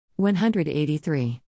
183